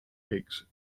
eggs